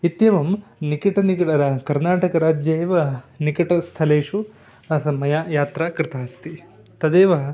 इत्येवं निकिटं निकटं कर्नाटकराज्ये एव निकटस्थलेषु आसं मया यात्रा कृता अस्ति तदेव